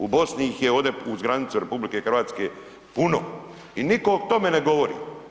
U Bosni ih je ovdje, uz granicu RH, puno i niko o tome ne govori.